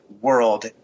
world